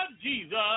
Jesus